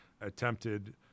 attempted